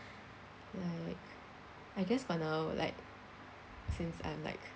like I guess for now like since I'm like